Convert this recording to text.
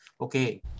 okay